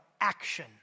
action